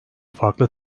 farklı